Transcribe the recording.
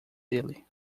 dele